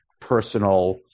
personal